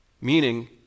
meaning